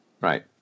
Right